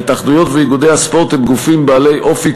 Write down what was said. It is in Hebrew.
ההתאחדויות ואיגודי הספורט הם גופים בעלי אופי